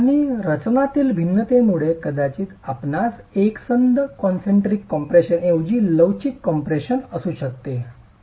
आणि रचनातील भिन्नतेमुळे कदाचित आपणास एकसंध कॉन्सेन्ट्रिक कम्प्रेशनऐवजी लवचिक कम्प्रेशन असू शकते